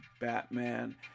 Batman